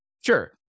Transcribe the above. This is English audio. Sure